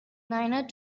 niner